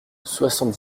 soixante